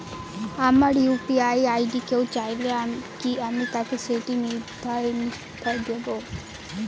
আমার UPI ID কেউ চাইলে কি আমি তাকে সেটি নির্দ্বিধায় দেব?